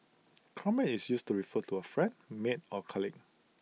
comrade is used to refer to A friend mate or colleague